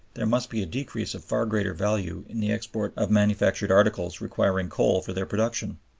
there must be a decrease of far greater value in the export of manufactured articles requiring coal for their production.